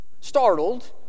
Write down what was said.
Startled